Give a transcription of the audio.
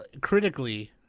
critically